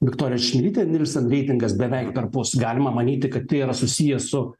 viktorija čmilytė nielsen reitingas beveik perpus galima manyti kad tai yra susiję su